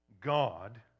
God